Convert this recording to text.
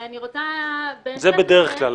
זה בדרך כלל.